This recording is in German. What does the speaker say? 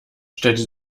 stellte